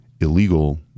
illegal